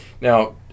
Now